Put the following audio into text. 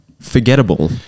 forgettable